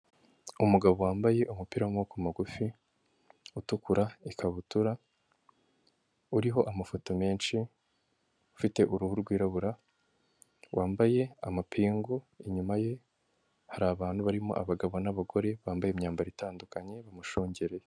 Umugabo wambaye umupira w'maguru magufi utukura ikabutura uriho amafoto menshi ufite uruhu rwirabura, wambaye amapingu inyuma ye hari abantu barimo abagabo n'abagore bambaye imyambaro itandukanye bamushungereye.